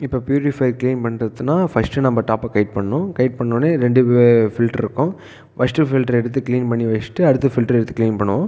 இப்போ purify clean பண்ணுறதுன்னா first நம்ம டாப்பை டைட் பண்ணணும் டைட் பண்ணவொடனே ரெண்டு ஃபில்ட்டர் இருக்கும் ஃபர்ஸ்ட் ஃபில்ட்டரை எடுத்து கிளீன் பண்ணி வெச்சிட்டு அடுத்த ஃபில்ட்டரை எடுத்து கிளீன் பண்ணணும்